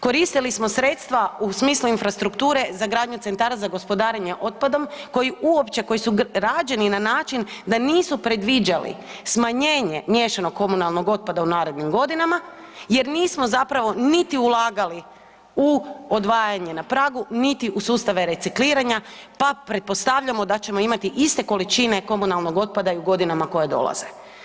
Koristili smo sredstva u smislu infrastrukture za gradnju centara za gospodarenje otpadom koji uopće, koji su rađeni na način da nisu predviđali smanjenje miješanog komunalnog otpada u narednim godinama jer nismo zapravo niti ulagali u odvajanje na pragu, niti u sustave recikliranja, pa pretpostavljamo da ćemo imati iste količine komunalnog otpada i u godinama koje dolaze.